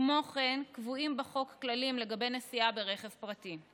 כמו כן, קבועים בחוק כללים לגבי נסיעה ברכב פרטי.